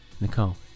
Nicole